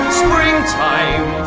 springtime